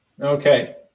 Okay